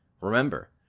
Remember